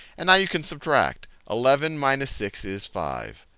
and now you can subtract. eleven minus six is five.